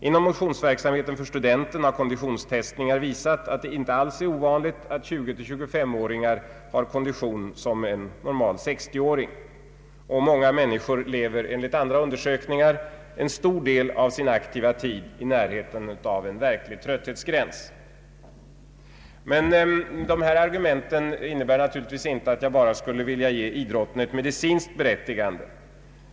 Inom motionsverksamheten för studenter har konditionstestningar visat, att det inte alls är ovanligt att 20—25 åringar har kondition som en normal 60-åring. Många människor lever enligt andra undersökningar under en stor del av sin aktiva tid i närheten av ”trötthetsgränsen”. Dessa argument innebär naturligtvis inte att jag bara vill ge idrotten ett medicinskt berättigande.